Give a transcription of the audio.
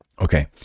Okay